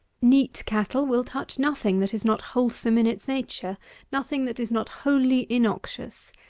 neat cattle will touch nothing that is not wholesome in its nature nothing that is not wholly innoxious.